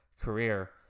career